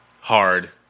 Hard